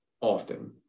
often